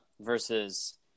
versus